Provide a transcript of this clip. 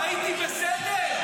"הייתי בסדר"?